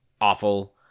awful